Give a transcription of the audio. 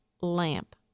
lamp